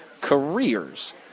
careers